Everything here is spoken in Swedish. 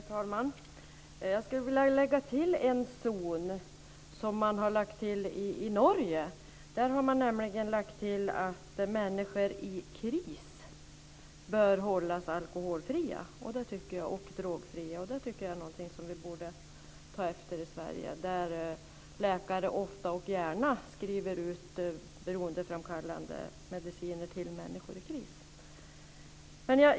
Herr talman! Jag skulle vilja lägga till en zon som man har lagt till i Norge. Där har man lagt till att människor i kris bör hållas alkohol och drogfria. Det tycker jag är någonting som vi borde ta efter i Sverige, där läkare ofta och gärna skriver ut beroendeframkallande mediciner till människor i kris.